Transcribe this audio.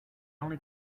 only